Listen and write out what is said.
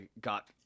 got